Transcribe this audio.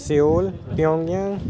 Seoul ਟਿਓਂਗਨ